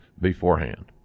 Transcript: beforehand